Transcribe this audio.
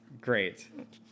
Great